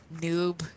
noob